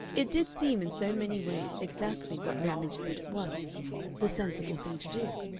it did seem in so many ways exactly what ramage said it was the sensible thing to do.